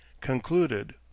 Concluded